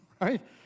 Right